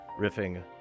riffing